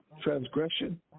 transgression